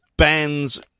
Band's